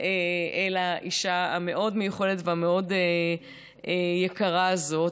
לאישה המאוד-מיוחדת והמאוד-יקרה הזאת.